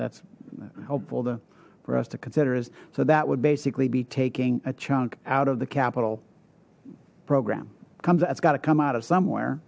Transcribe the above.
that's helpful to for us to consider is so that would basically be taking a chunk out of the capital program comes that's got to come out of somewhere